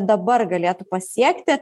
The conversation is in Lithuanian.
dabar galėtų pasiekti